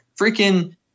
freaking –